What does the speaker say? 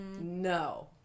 No